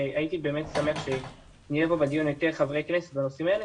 והייתי שמח שיהיו פה בדיון יותר חברי כנסת בנושאים האלה.